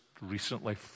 recently